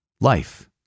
life